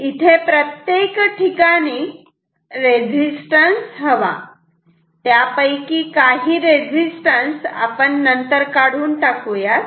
इथे प्रत्येक ठिकाणी रेजिस्टन्स हवा त्यापैकी काही रेजिस्टन्स आपण नंतर काढून टाकुयात